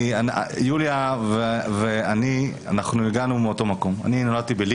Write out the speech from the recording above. יוליה ואני הגענו מאותו מקום, אני נולדתי בווילנה,